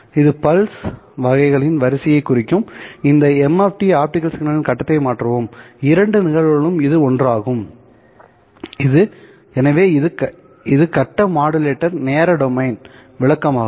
இது பல்ஸ் வகைகளின் வரிசையைக் குறிக்கும் இந்த m ஆப்டிகல் சிக்னலின் கட்டத்தை மாற்றவும் இரண்டு நிகழ்வுகளிலும் இது ஒன்றாகும் எனவே இது கட்ட மாடுலேட்டர் நேர டொமைன் விளக்கமாகும்